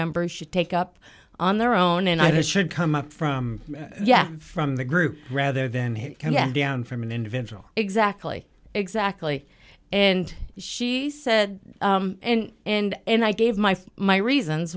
members should take up on their own and i should come up from yes from the group rather than down from an individual exactly exactly and she said and i gave my my reasons